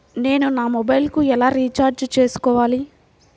నేను నా మొబైల్కు ఎలా రీఛార్జ్ చేసుకోవాలి?